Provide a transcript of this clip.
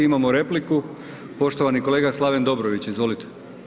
Imamo repliku, poštovani kolega Slaven Dobrović, izvolite.